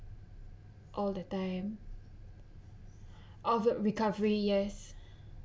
all the time of recovery yes